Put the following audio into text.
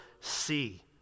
see